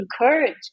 encourage